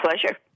pleasure